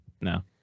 No